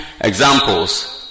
examples